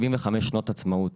75 שנות עצמאות,